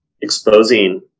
exposing